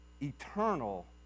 eternal